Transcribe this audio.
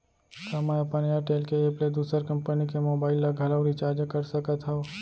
का मैं अपन एयरटेल के एप ले दूसर कंपनी के मोबाइल ला घलव रिचार्ज कर सकत हव?